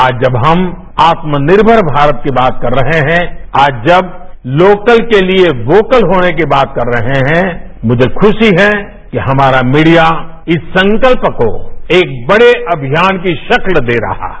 आजहम जब आत्मनिर्मर भारत की बात कर रहे हैंआज जब लोकल के लिए वोकल होने की बात कर रहे हैं मुझे खुशी है कि हमारा मीडिया इस संकल्पको एक बड़े अभियान की राक्ल दे रहा है